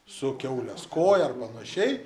su kiaulės koja ar panašiai